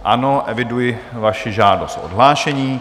Ano, eviduji vaši žádost o odhlášení.